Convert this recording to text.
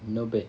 no big